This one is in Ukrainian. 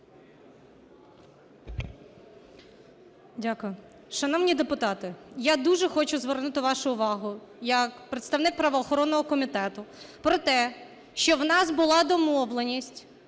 Дякую. Шановні депутати, я дуже хочу звернути вашу увагу як представник правоохоронного комітету про те, що в нас була домовленість